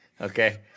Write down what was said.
okay